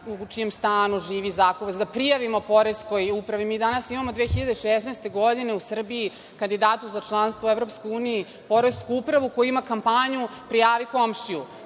u čijem stanu živi zakupac, da prijavimo Poreskoj upravi. Mi danas imamo u 2016. godini u Srbiji kandidata za članstvo u EU poresku upravu koja ima kampanju – prijavi komšiju,